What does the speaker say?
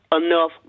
enough